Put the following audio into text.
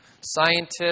scientists